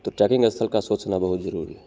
तो ट्रैकिंग स्थल का स्वच्छ होना बहुत जरुरी है